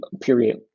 period